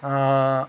ٲں